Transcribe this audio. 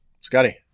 scotty